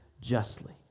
justly